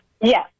Yes